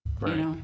right